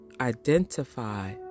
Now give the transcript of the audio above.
identify